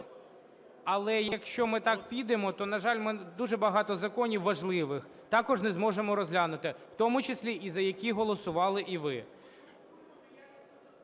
Але, якщо ми так підемо, то, на жаль, ми дуже багато законів важливих також не зможемо розглянути, в тому числі і за які голосували і ви.